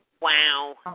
Wow